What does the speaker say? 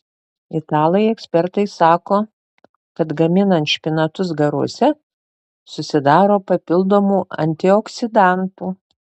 italai ekspertai sako kad gaminant špinatus garuose susidaro papildomų antioksidantų